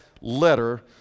letter